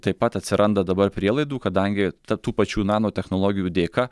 taip pat atsiranda dabar prielaidų kadangi ta tų pačių nanotechnologijų dėka